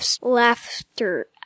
laughter